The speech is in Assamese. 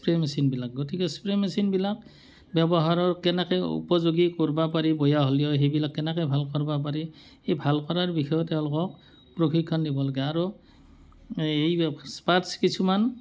স্প্ৰে' মেচিনবিলাক গতিকে স্প্ৰে মেচিনবিলাক ব্যৱহাৰৰ কেনেকৈ উপযোগী কৰিব পাৰি বেয়া হ'লেও সেইবিলাক কেনেকৈ ভাল কৰিব পাৰি সেই ভাল কৰাৰ বিষয়ে তেওঁলোকক প্ৰশিক্ষণ দিব লাগে আৰু এই স্পাৰ্ছ কিছুমান